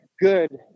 good